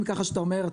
המילים שאתה אומר,